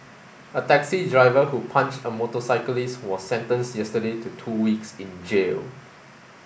a taxi driver who punched a motorcyclist was sentenced yesterday to two weeks in jail